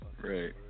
Right